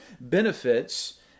benefits